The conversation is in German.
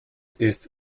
ist